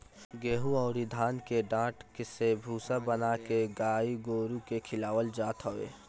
गेंहू अउरी धान के डाठ से भूसा बना के गाई गोरु के खियावल जात हवे